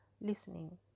listening